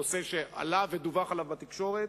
נושא שעלה ודווח עליו בתקשורת,